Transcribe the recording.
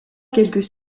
quelques